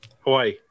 Hawaii